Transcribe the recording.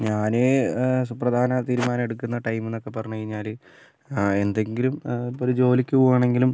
ഞാന് സുപ്രധാന തീരുമാനം എടുക്കുന്ന ടൈമെന്നൊക്കെ പറഞ്ഞു കഴിഞ്ഞാല് എന്തെങ്കിലും ഇപ്പം ഒരു ജോലിക്ക് പോകുവാണെങ്കിലും